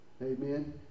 Amen